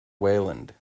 weiland